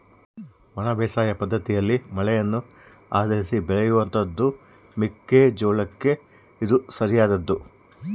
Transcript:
ಒಣ ಬೇಸಾಯ ಪದ್ದತಿಯಲ್ಲಿ ಮಳೆಯನ್ನು ಆಧರಿಸಿ ಬೆಳೆಯುವಂತಹದ್ದು ಮೆಕ್ಕೆ ಜೋಳಕ್ಕೆ ಇದು ಸರಿಯಾದದ್ದು